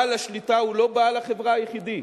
בעל השליטה הוא לא בעל החברה היחידי.